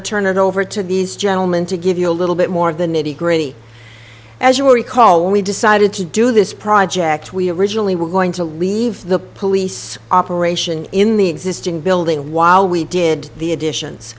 to turn it over to these gentlemen to give you a little bit more of the nitty gritty as you will recall when we decided to do this project we originally were going to leave the police operation in the existing building while we did the additions